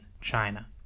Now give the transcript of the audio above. China